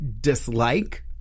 dislike